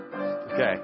Okay